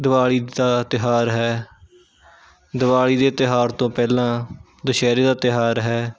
ਦੀਵਾਲੀ ਦਾ ਤਿਉਹਾਰ ਹੈ ਦੀਵਾਲੀ ਦੇ ਤਿਉਹਾਰ ਤੋਂ ਪਹਿਲਾਂ ਦੁਸਹਿਰੇ ਦਾ ਤਿਉਹਾਰ ਹੈ